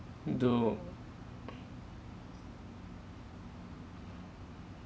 though